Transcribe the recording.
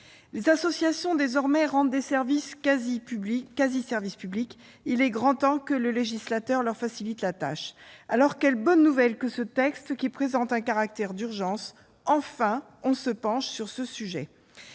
Les associations, désormais, rendent des quasi-services publics : il est grand temps que le législateur leur facilite la tâche. Alors, quelle bonne nouvelle que ce texte, qui présente un caractère d'urgence ! Enfin, on se penche sur ce sujet.